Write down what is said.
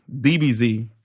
DBZ